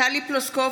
טלי פלוסקוב,